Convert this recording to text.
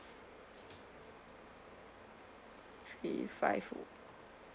three five four